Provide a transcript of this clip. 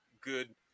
good